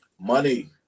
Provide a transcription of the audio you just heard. Money